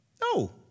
No